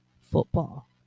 football